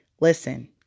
Listen